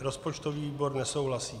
Rozpočtový výbor nesouhlasí.